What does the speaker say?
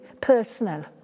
personal